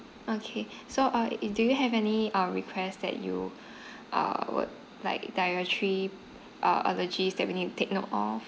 okay so uh it do you have any uh request that you err would like dietary uh allergies that we need to take note of